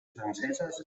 franceses